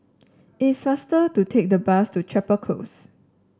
it's faster to take the bus to Chapel Close